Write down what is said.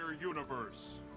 universe